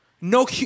no